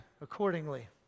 accordingly